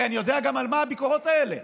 הרי אני יודע גם על מה הביקורת האלה: